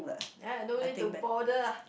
ya don't need to bother ah